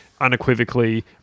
unequivocally